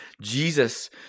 Jesus